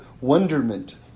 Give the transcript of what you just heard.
wonderment